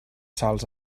sols